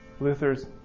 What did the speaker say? luther's